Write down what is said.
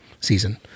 season